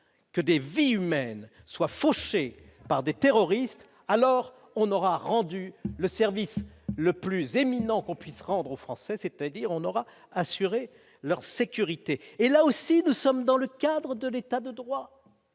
que des vies humaines soient fauchés par des terroristes, alors on aura rendu le service le plus éminent, qu'on puisse rendre aux Français, c'est-à-dire on aura assurer leur sécurité, et là aussi nous sommes dans le cadre de l'état de droit.